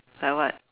like what